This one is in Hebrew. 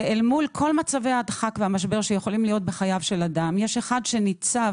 אל מול כל מצבי הדחק והמשבר שיכולים להיות בחייו של אדם יש אחד שניצב